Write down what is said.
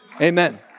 Amen